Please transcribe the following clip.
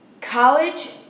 College